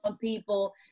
people